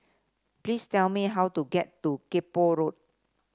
please tell me how to get to Kay Poh Road